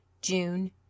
June